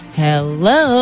hello